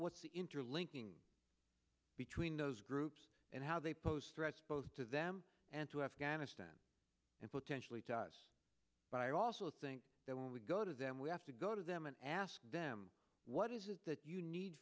what's the interlinking between those groups and how they pose threats both to them and to afghanistan and potentially but i also think that when we go to them we have to go to them and ask them what is it that you need